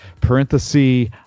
parenthesis